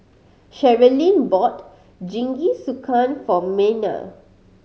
Sherilyn bought Jingisukan for Mena